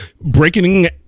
breaking